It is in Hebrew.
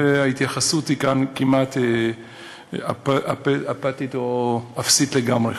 וההתייחסות כאן היא כמעט אפאתית או אפסית לגמרי.